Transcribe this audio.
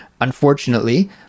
unfortunately